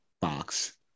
box